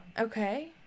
Okay